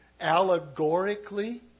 Allegorically